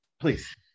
please